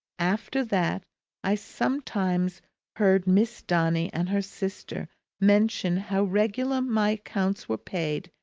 after that i sometimes heard miss donny and her sister mention how regular my accounts were paid,